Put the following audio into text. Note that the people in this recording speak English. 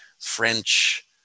French